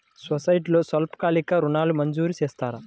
సొసైటీలో స్వల్పకాలిక ఋణాలు మంజూరు చేస్తారా?